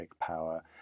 power